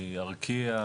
מארקיע,